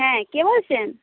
হ্যাঁ কে বলছেন